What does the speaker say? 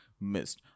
missed